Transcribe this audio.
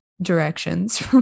directions